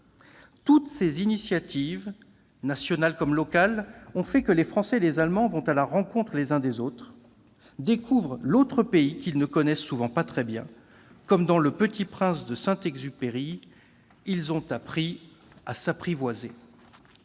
Toutes ces initiatives, nationales comme locales, ont fait que les Français et les Allemands vont à la rencontre les uns des autres, découvrent l'autre pays, qu'ils ne connaissent souvent pas très bien. Comme dans d'Antoine de Saint-Exupéry, ils ont appris à s'apprivoiser.